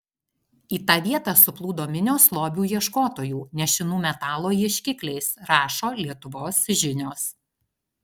į tą vietą suplūdo minios lobių ieškotojų nešinų metalo ieškikliais rašo lietuvos žinios